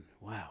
Wow